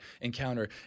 encounter